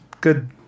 Good